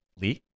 Lee